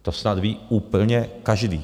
To snad ví úplně každý.